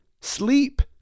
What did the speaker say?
Sleep